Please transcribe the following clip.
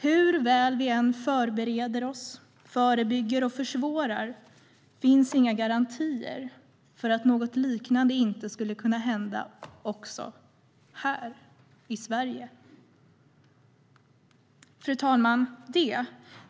Hur väl vi än förbereder oss, förebygger och försvårar finns inga garantier för att något liknande inte skulle kunna hända också här Sverige. Fru talman!